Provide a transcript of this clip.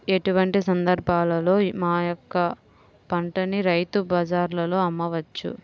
ఎటువంటి సందర్బాలలో మా యొక్క పంటని రైతు బజార్లలో అమ్మవచ్చు?